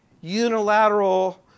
unilateral